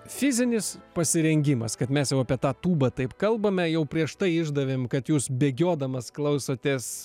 fizinis pasirengimas kad mes jau apie tą tūbą taip kalbame jau prieš tai išdavėm kad jūs bėgiodamas klausotės